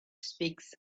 speaks